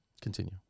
continue